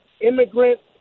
immigrants